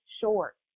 short